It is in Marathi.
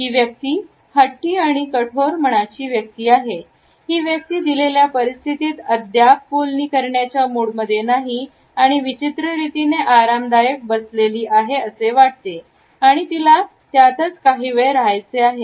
ही व्यक्ती हट्टी आणि कठोर मनाची व्यक्ती आहे ही व्यक्ती दिलेल्या परिस्थितीत अद्याप बोलणी करण्याचा मूड मध्ये नाही आणि विचित्र रीतीने आरामदायक बसलेली आहे असे वाटतो आणि तिला त्यातच काही वेळ रहायचे आहे